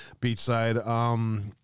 beachside